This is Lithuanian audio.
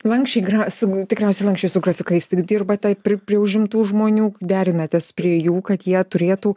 lanksčiai gra su tikriausiai lanksčiai su grafikais tik dirbatai pri prie užimtų žmonių derinatės prie jų kad jie turėtų